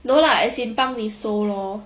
no lah as in 帮你收 lor